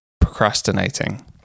procrastinating